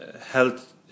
health